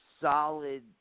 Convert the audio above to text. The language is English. solid